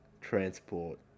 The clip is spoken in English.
transport